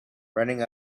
running